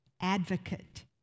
advocate